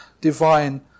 divine